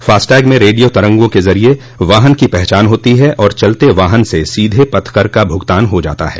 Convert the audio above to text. FASTag में radio तरंगों के जरिये वाहन की पहचान होती है और चलते वाहन से सीधे पथकर का भुगतान हो जाता है